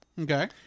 Okay